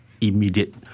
immediate